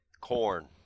Corn